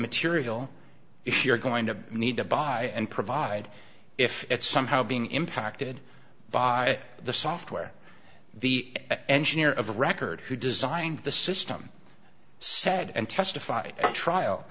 material if you're going to need to buy and provide if it's somehow being impacted by the software the engineer of record who designed the system said and testif